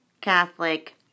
Catholic